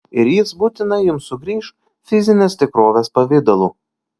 ir jis būtinai jums sugrįš fizinės tikrovės pavidalu